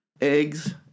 eggs